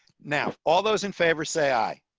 now, all those in favor say aye.